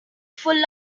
full